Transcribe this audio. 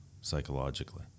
psychologically